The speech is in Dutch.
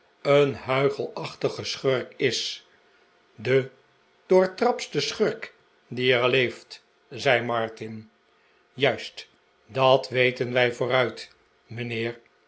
een huichelachtige schurk is de doortraptste schurk die er leeft zei martin juist dat weten wij vooruit mijnheer